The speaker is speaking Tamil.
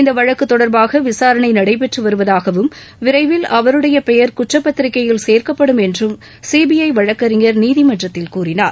இந்த வழக்கு தொடர்பாக விசாரணை நடைபெற்று வருவதாகவும் விரைவில் அவருடைய பெயர் குற்றப்பத்திரிகையில் சேர்க்கப்படும் என்று சிபிஐ வழக்கறிஞர் நீதிமன்றத்தில் கூறினார்